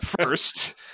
first